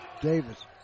Davis